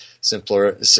Simpler